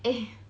eh